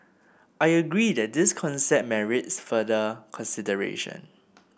I agree that this concept merits further consideration